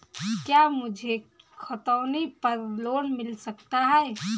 क्या मुझे खतौनी पर लोन मिल सकता है?